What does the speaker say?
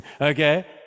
Okay